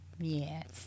Yes